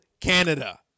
Canada